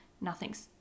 nothing's